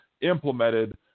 implemented